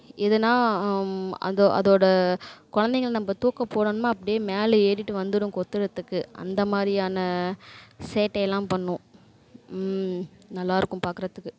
இதுனா அது அதோட கொழந்தைகள நம்ம தூக்க போனோம்னா அப்படியே மேலலே ஏறிட்டு வந்துடும் கொத்துறதுக்கு அந்த மாதிரியான சேட்டையெல்லாம் பண்ணும் நல்லா இருக்கும் பாக்கிறத்துக்கு